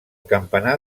campanar